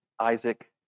Isaac